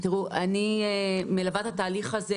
אני מלווה את התהליך הזה